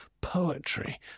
poetry